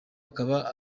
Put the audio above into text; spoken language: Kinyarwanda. akaba